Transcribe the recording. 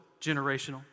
generational